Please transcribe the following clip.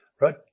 right